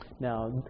Now